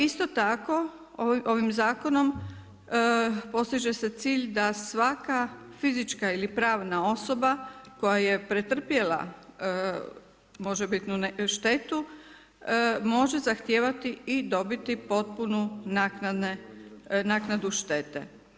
Isto tako ovim zakonom postiže se cilj da svaka fizička ili pravna osoba koja je pretrpjela možebitnu štetu, može zahtijevati i dobiti potpunu naknadu štete.